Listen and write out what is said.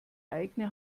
eigene